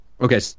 Okay